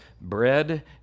bread